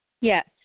Yes